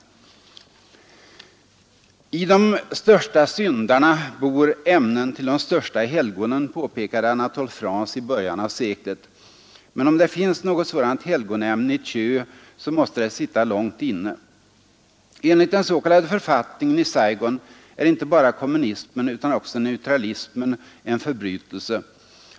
I de största syndarna bor ämnen till de största helgonen, påpekade Anatole France i början av seklet. Men om det finns något sådant helgonämne i Thieu måste det sitta långt inne. Enligt den s.k författningen i Saigon är inte bara kommunismen utan också neutralismen en förbrytelse.